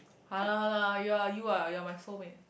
!han nah! !han nah! you ah you ah you're my soulmate